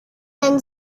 then